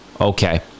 Okay